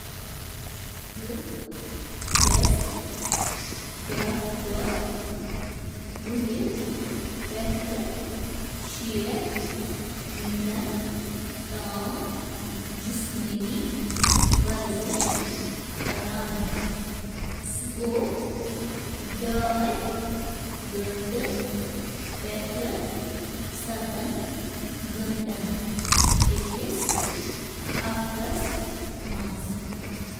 بہٕ چُھس پرٛٮ۪تھ دۄہ جسمٲنی ورزش خٲط ترٕہ۔ پنٛژاہ, منٹ تہٕ پرٛٮ۪تھ ہفتہٕ کم از کم. اکھ ہتھ پنٛژاہ, منٹ گُزاران۔